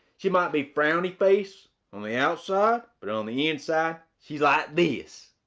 she might be frowny face on the outside. but on the inside she's like this.